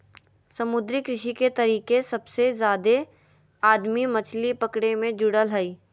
समुद्री कृषि के तरीके सबसे जादे आदमी मछली पकड़े मे जुड़ल हइ